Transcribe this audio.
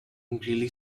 greely